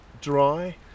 dry